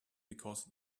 because